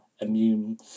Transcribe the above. immune